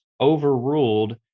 overruled